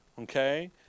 Okay